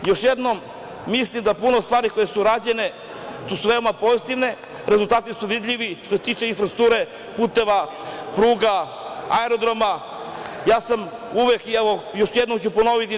Još jednom, mislim da puno stvari koje su rađene, su veoma pozitivne, rezultati su vidljivi što se tiče infrastrukture, puteva, pruga, aerodroma, ja sam uvek i evo još jednom ću ponoviti to.